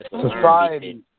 Society